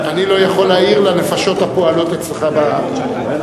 אני לא יכול להעיר לנפשות הפועלות אצלך בסיעה,